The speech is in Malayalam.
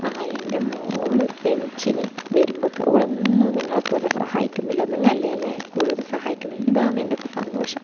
ആ എൻ്റെ മകൾ എണീച്ചിന് വരുമ്പോഴേക്ക് ഓൾ ഒന്നും നിങ്ങളെപ്പൊലെ സഹായിക്കുന്നില്ല നിങ്ങളല്ലേ എന്നെ കൂടുതലും സഹായിക്കുന്നത് ഇതാണ് എൻ്റെ സന്തോഷം